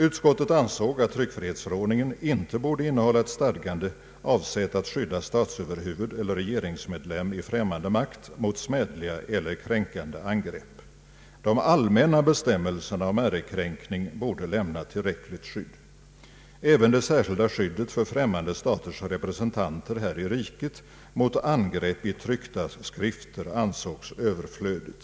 Utskottet ansåg att tryckfrihetsförordningen inte borde innehålla ett stadgande avsett att skydda statsöverhuvud eller regeringsmedlem i främmande makt mot smädliga eller kränkande angrepp. De allmänna bestämmelserna om ärekränkning borde lämna tillräckligt skydd. Även det särskilda skyddet för främmande staters representanter här i riket mot angrepp i tryckta skrifter ansågs överflödigt.